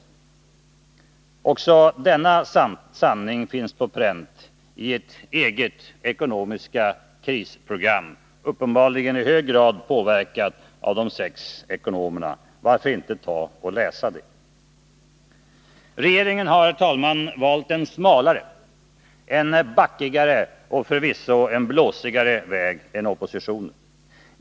Också denna sanning finns på pränt i ert eget ekonomiska krisprogram, uppenbarligen i hög grad påverkat av de sex ekonomerna. Varför inte ta och läsa det? Regeringen har, fru talman, valt en smalare, backigare och förvisso blåsigare väg än oppositionen.